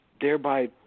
thereby